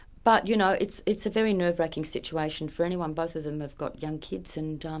but you know it's it's a very nervewracking situation for anyone. both of them have got young kids and um